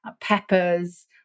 peppers